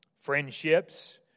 Friendships